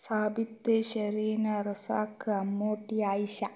Sabith Shereena Razak Ammootty Ayisha